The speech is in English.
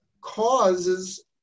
causes